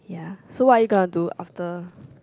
ya so what are you gonna do after